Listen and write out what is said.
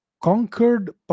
conquered